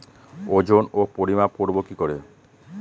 ওজন ও পরিমাপ করব কি করে?